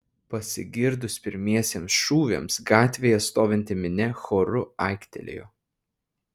pasigirdus pirmiesiems šūviams gatvėje stovinti minia choru aiktelėjo